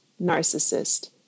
narcissist